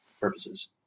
purposes